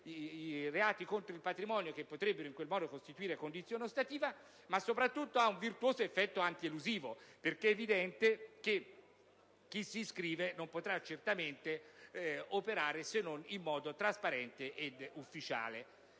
reati contro il patrimonio, che potrebbero in quel modo costituire condizione ostativa, ma anche e soprattutto un virtuoso effetto antielusivo. È infatti evidente che chi si iscrive non potrà certamente operare se non in modo trasparente ed ufficiale.